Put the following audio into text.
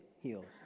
heals